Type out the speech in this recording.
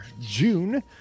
June